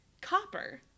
copper